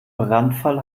brandfall